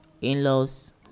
in-laws